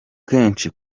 kenshi